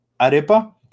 arepa